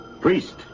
Priest